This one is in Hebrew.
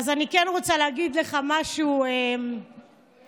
אז אני כן רוצה להגיד לך משהו, ווליד,